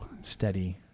steady